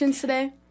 today